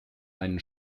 einen